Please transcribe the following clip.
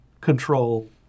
control